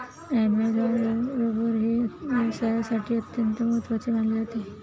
Amazon rubber हे व्यवसायासाठी अत्यंत महत्त्वाचे मानले जाते